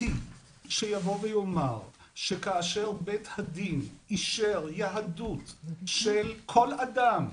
החקיקתי שיבוא ויאמר שכאשר בית הדין אישר יהדות של כל אדם,